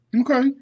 okay